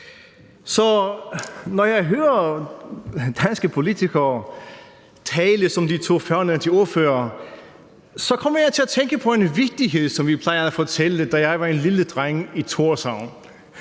Når jeg hører danske politikere tale som de to førnævnte ordførere, kommer jeg til at tænke på en vittighed, som vi plejede fortælle, da jeg var en lille dreng i Thorshavn.